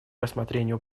рассмотрению